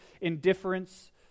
indifference